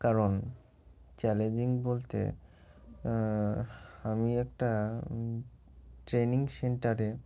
কারণ চ্যালেঞ্জিং বলতে আমি একটা ট্রেনিং সেন্টারে